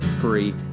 free